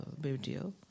video